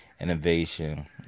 innovation